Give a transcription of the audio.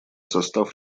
состав